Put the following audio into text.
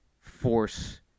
force